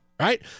Right